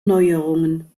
neuerungen